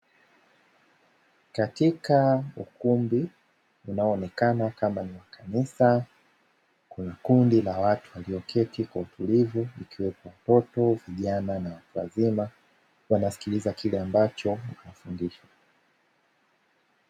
Katika ukumbi unaoonekana kama ni wa kanisa. Kuna kundi la watu walioketi kwa utulivu. Wakiwepo, watoto, vijana na watu wazima wanasikiliza kile ambacho wanafundishwa.